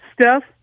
Steph